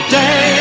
day